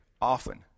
often